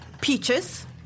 peaches